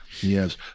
Yes